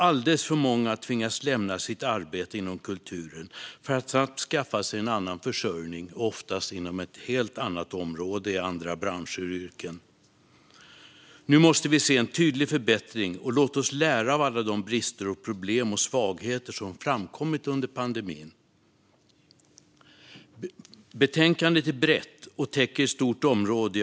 Alldeles för många har tvingats lämna sitt arbete inom kulturen för att snabbt skaffa sig annan försörjning, oftast inom ett helt annat område, i andra branscher och yrken. Nu måste vi se en tydlig förbättring, och låt oss lära av alla de brister, problem och svagheter som har framkommit under pandemin. Betänkandet är brett och täcker ett stort område.